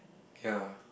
ya